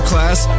Class